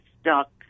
stuck